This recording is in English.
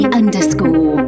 underscore